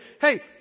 Hey